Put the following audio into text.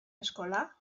eskola